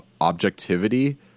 objectivity